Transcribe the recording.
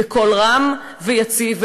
בקול רם ויציב,